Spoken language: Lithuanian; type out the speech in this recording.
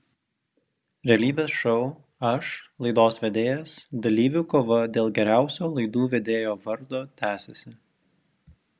realybės šou aš laidos vedėjas dalyvių kova dėl geriausio laidų vedėjo vardo tęsiasi